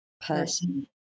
person